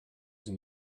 sie